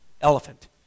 elephant